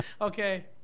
Okay